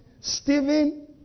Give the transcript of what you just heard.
Stephen